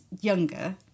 younger